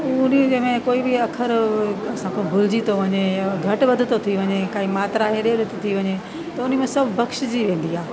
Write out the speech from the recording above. उन जे में कोई बि अखर असांजो भुलिजी थो वञे या घटि वधि थो थी वञे काई मात्रा हेॾे होॾे थी थी वञे त उन में सभु बख्शजी वेंदी आहे